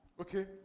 Okay